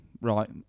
right